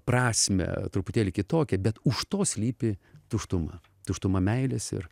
prasmę truputėlį kitokią bet už to slypi tuštuma tuštuma meilės ir